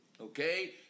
okay